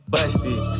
Busted